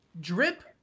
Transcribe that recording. drip